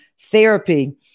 therapy